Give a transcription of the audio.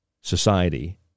society